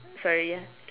sorry ya